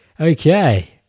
Okay